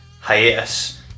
hiatus